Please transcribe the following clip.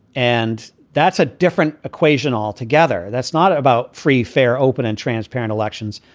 and that's a different equation altogether. that's not about free, fair, open and transparent elections.